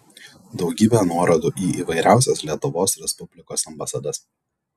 daugybė nuorodų į įvairiausias lietuvos respublikos ambasadas